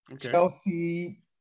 Chelsea